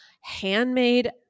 handmade